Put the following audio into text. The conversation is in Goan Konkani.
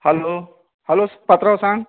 हॅलो हॅलो पात्रांव सांग